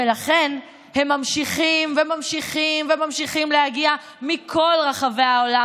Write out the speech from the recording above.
ולכן הם ממשיכים וממשיכים וממשיכים להגיע מכל רחבי העולם,